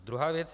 Druhá věc.